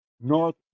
North